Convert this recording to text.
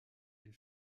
est